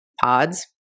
pods